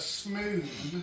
smooth